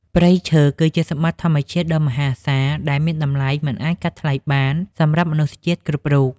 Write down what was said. ព្រៃឈើ គឺជាសម្បត្តិធម្មជាតិដ៏មហាសាលដែលមានតម្លៃមិនអាចកាត់ថ្លៃបានសម្រាប់មនុស្សជាតិគ្រប់រូប។